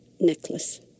necklace